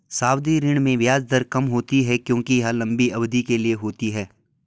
सावधि ऋण में ब्याज दर कम होती है क्योंकि यह लंबी अवधि के लिए होती है